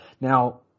Now